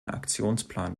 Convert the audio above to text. aktionsplan